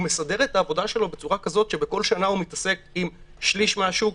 הוא מסדר את העבודה שלו בצורה כזאת שבכל שנה הוא מתעסק עם שליש מהשוק,